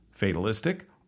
fatalistic